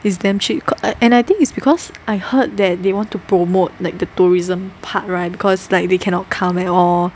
is damn cheap cause and I think it's because I heard that they want to promote like the tourism part right because like they cannot come at all